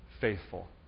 faithful